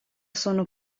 sono